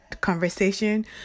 conversation